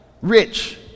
rich